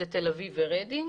אלה תל אביב ורידינג,